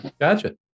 Gotcha